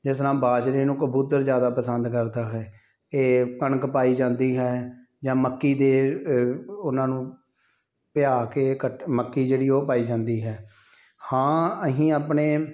ਜਿਸ ਤਰ੍ਹਾਂ ਬਾਜਰੇ ਨੂੰ ਕਬੂਤਰ ਜ਼ਿਆਦਾ ਪਸੰਦ ਕਰਦਾ ਹੈ ਇਹ ਕਣਕ ਪਾਈ ਜਾਂਦੀ ਹੈ ਜਾਂ ਮੱਕੀ ਦੇ ਉਹਨਾਂ ਨੂੰ ਪਿਆ ਕੇ ਕਟ ਮੱਕੀ ਜਿਹੜੀ ਉਹ ਪਾਈ ਜਾਂਦੀ ਹੈ ਹਾਂ ਅਸੀਂ ਆਪਣੇ